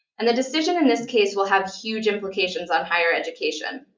and the decision in this case will have huge implications on higher education.